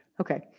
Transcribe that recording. Okay